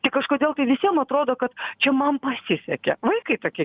tik kažkodėl tai visiem atrodo kad čia man pasisekė vaikai tokie